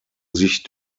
sich